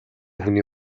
хүний